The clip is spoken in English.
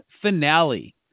finale